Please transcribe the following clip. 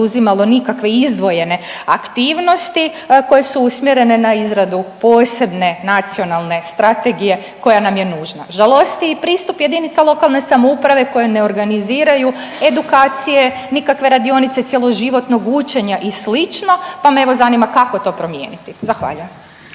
poduzimalo nikakve izdvojene aktivnosti koje su usmjerene na izradu posebne Nacionalne strategije koja nam je nužna. Žalosti i pristup JLS koje ne organiziraju edukacije, nikakve radionice cjeloživotnog učenja i slično, pa me evo zanima kako to promijeniti? Zahvaljujem.